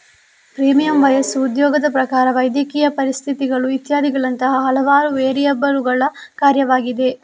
premium ವಯಸ್ಸು, ಉದ್ಯೋಗದ ಪ್ರಕಾರ, ವೈದ್ಯಕೀಯ ಪರಿಸ್ಥಿತಿಗಳು ಇತ್ಯಾದಿಗಳಂತಹ ಹಲವಾರು ವೇರಿಯಬಲ್ಲುಗಳ ಕಾರ್ಯವಾಗಿದೆ